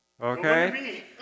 Okay